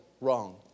wrong